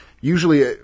usually